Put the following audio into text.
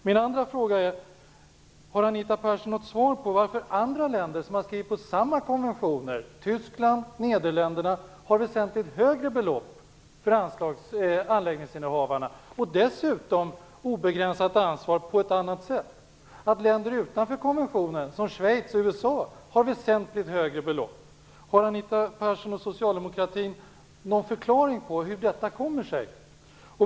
Min andra fråga är: Har Anita Persson något svar på varför andra länder som Tyskland och Nederländerna, som har skrivit på samma konventioner som vi, har ett väsentligt högre och dessutom obegränsat ansvar på ett annat sätt och varför länder utanför konventionen, som Schweiz och USA, har väsentligt högre belopp? Har Anita Persson och socialdemokratin någon förklaring till hur detta kommer sig?